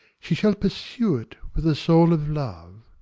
she shall pursue it with the soul of love.